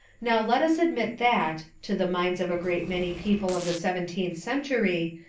now let us admit that, to the minds of a great many people of the seventeenth cen tury,